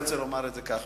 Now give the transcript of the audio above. אני רוצה לומר את זה כך,